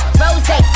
rose